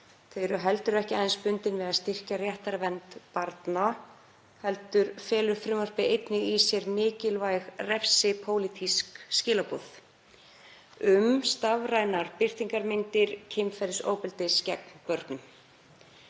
þau eru heldur ekki aðeins bundin við að styrkja réttarvernd barna, heldur felur frumvarpið einnig í sér mikilvæg refsipólitísk skilaboð um stafrænar birtingarmyndir kynferðisofbeldis gegn börnum.